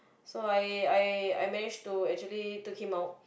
so I I I managed to actually took him out